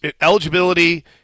eligibility